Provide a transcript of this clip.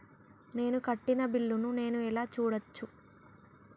నేను కట్టిన బిల్లు ను నేను ఎలా చూడచ్చు?